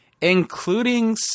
Including